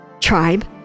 Tribe